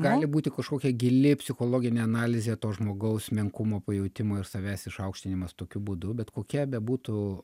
gali būti kažkokia gili psichologinė analizė to žmogaus menkumo pajautimo ir savęs išaukštinimas tokiu būdu bet kokia bebūtų